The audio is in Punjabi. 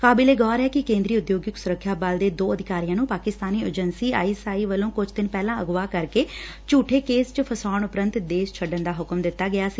ਕਾਬਿਲੇ ਗੌਰ ਐ ਕਿ ਕੇਂਦਰੀ ਉਦਯੋਗਿਕ ਸੁਰੱਖਿਆ ਬਲ ਦੇ ਦੋ ਅਧਿਕਾਰੀਆਂ ਨੂੰ Pakistani agency I S I ਵੱਲੋਂ ਕੁਝ ਦਿਨ ਪਹਿਲਾਂ ਅਗਵਾ ਕਰਕੇ ਝੂਠੇ ਕੇਸ ਚ ਫਸਾਉਣ ਮਗਰੋਂ ਦੇਸ਼ ਛੱਡਣ ਦਾ ਹੁਕਮ ਦਿੱਤਾ ਗਿਆ ਸੀ